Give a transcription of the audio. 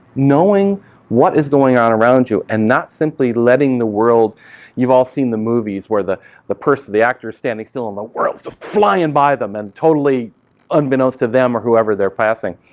knowing what is going on around you and not simply letting the world you've all seen the movies where the the person, the actor, is standing still and the world is just flying by them and totally unbeknownst to them or whoever they are passing.